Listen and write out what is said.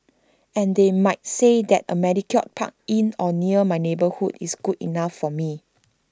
and they might say that A manicured park in or near my neighbourhood is good enough for me